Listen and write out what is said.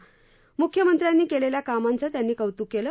म्ख्यमत्र्यांनी केलेल्या कामांचे त्यांनी कौत्क केलं